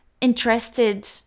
interested